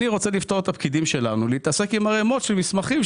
אני רוצה לפתור את הפקידים שלנו להתעסק עם ערמות של מסמכים,